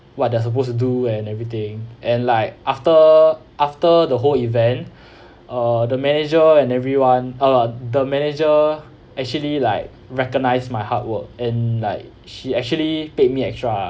what they're supposed to do and everything and like after after the whole event uh the manager and everyone uh the manager actually like recognized my hard work and like she actually paid me extra